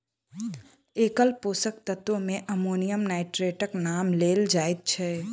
एकल पोषक तत्व मे अमोनियम नाइट्रेटक नाम लेल जाइत छै